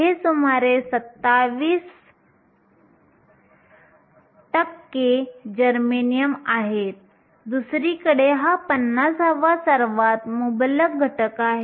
हे सुमारे 27 जर्मेनियम आहेत दुसरीकडे हा पन्नासावा सर्वात मुबलक घटक आहे